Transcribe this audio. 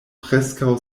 preskaŭ